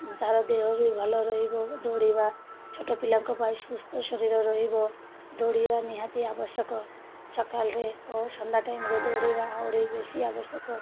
ତା'ର ଦେହ ବି ଭଲ ରହିବ ଦୌଡ଼ିବା ଛୋଟ ପିଲାଙ୍କ ପାଇଁ ସୁସ୍ଥ ଶରୀର ରହିବ ଦୌଡ଼ିବା ନିହାତି ଆବଶ୍ୟକ ସକାଳରେ ଓ ସନ୍ଧ୍ୟା ଟାଇମ୍ରେ ଦୌଡ଼ିବା ଆହୁରି ବେଶୀ ଆବଶ୍ୟକ